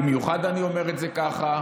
במיוחד אני אומר את זה ככה,